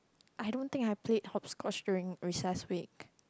I don't think I've played hopscotch during recess week